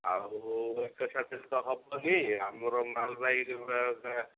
ଆଉ ଏକାସହିତ ତ ହେବନି ଆମର